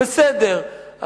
בסדר,